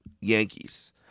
Yankees